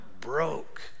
broke